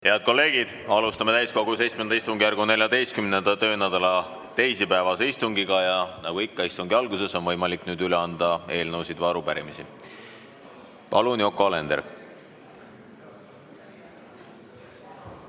Head kolleegid! Alustame täiskogu VII istungjärgu 14. töönädala teisipäevast istungit. Nagu ikka on istungi alguses võimalik üle anda eelnõusid või arupärimisi. Palun, Yoko Alender!